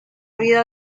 vida